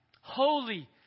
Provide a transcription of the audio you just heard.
holy